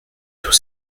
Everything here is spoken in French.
tout